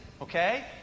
okay